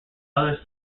other